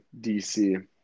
DC